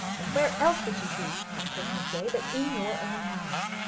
and where else would you be on christmas-day but in your own house?